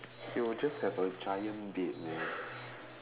he will just have a giant bed man